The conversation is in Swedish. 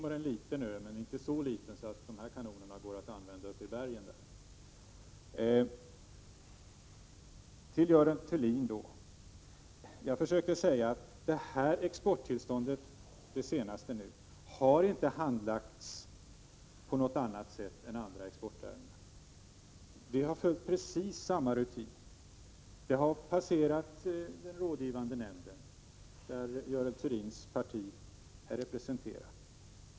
Det är en liten ö men inte så liten att dessa kanoner går att använda uppe i bergen där. Jag vill påpeka för Görel Thurdin att det senaste exporttillståndet inte har handlagts på något annat sätt än andra exportärenden. Precis samma rutiner har följts, och det har passerat den rådgivande nämnden, där Görel Thurdins parti är representerat.